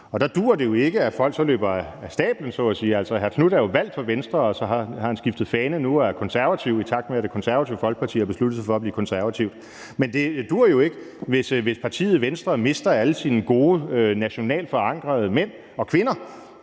Der duer det jo ikke, at folk så løber af pladsen, så at sige, altså hr. Marcus Knuth er jo valgt for Venstre, og så har han skiftet fane nu og er blevet konservativ, i takt med at Det Konservative Folkeparti har besluttet sig for at blive konservative. Men det duer jo ikke, hvis partiet Venstre mister alle sine gode nationalt forankrede mænd og kvinder,